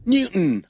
Newton